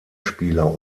spieler